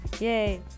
Yay